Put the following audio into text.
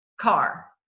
car